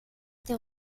der